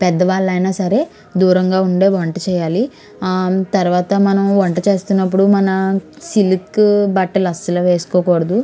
పెద్దవాళ్ళైనా సరే దూరంగా ఉండే వంట చేయాలి తరువాత మనం వంట చేస్తున్నప్పుడు మన సిల్క్ బట్టలు అస్సలు వేసుకోకూడదు